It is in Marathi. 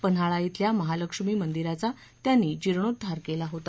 पन्हाळा खिल्या महालक्ष्मी मंदिराचा त्यांनी जीर्णोध्दार केला होता